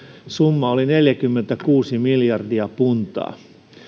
summa oli neljäkymmentäkuusi miljardia puntaa